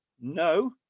no